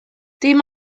dim